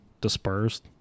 dispersed